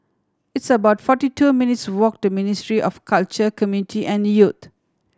it's about forty two minutes' walk to Ministry of Culture Community and Youth